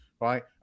right